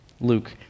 Luke